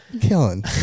Killing